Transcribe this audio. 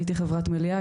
הייתי חברת מליאה,